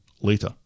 Later